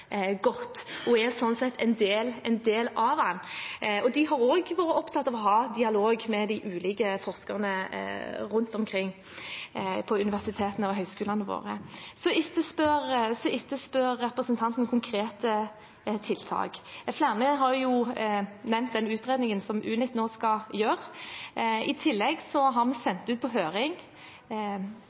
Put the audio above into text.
godt og er sånn sett en del av den. De har også vært opptatt av å ha dialog med de ulike forskerne rundt omkring på universitetene og høyskolene våre. Representanten etterspør konkrete tiltak. Flere har nevnt den utredningen som Unit nå skal gjøre. I tillegg har vi sendt ut på høring